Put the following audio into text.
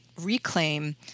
reclaim